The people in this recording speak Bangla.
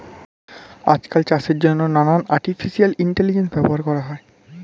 আজকাল চাষের জন্যে নানান আর্টিফিশিয়াল ইন্টেলিজেন্স ব্যবহার করা হয়